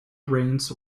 reigns